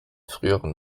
früheren